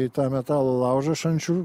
į tą metalo laužą šančių